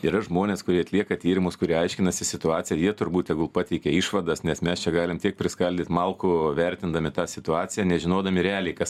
yra žmonės kurie atlieka tyrimus kurie aiškinasi situaciją jie turbūt tegul pateikia išvadas nes mes čia galim tiek priskaldyt malkų vertindami tą situaciją nežinodami realiai kas